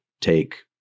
take